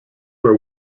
were